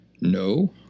No